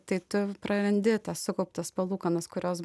tai tu prarandi tas sukauptas palūkanas kurios